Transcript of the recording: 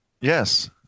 Yes